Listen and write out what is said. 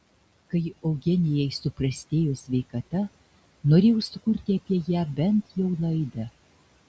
kai eugenijai suprastėjo sveikata norėjau sukurti apie ją bent jau laidą